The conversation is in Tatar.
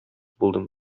булдым